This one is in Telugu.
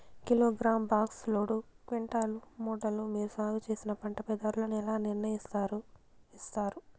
కిలోగ్రామ్, బాక్స్, లోడు, క్వింటాలు, మూటలు మీరు సాగు చేసిన పంటపై ధరలను ఎలా నిర్ణయిస్తారు యిస్తారు?